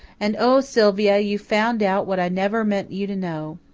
and oh, sylvia, you've found out what i never meant you to know.